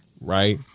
right